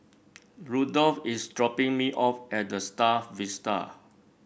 Rudolf is dropping me off at The Star Vista